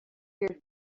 your